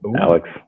Alex